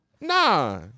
Nah